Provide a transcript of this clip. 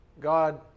God